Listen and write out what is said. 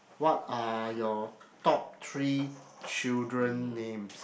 what are your top three children names